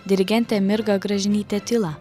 dirigentė mirga gražinytė tyla